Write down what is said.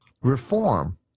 Reform